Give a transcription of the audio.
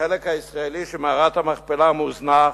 החלק הישראלי של מערת המכפלה מוזנח,